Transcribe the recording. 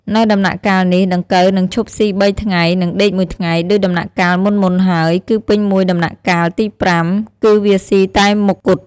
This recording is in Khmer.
នៅដំណាក់កាលនេះ ដង្កូវនឹងឈប់ស៊ី៣ថ្ងៃ និងដេកមួយថ្ងៃដូចដំណាក់កាលមុនៗហើយ គឺពេញមួយដំណាក់កាលទី៥ គឺវាស៊ីតែមុខគត់។